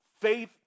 Faith